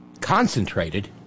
concentrated